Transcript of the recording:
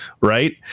right